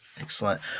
Excellent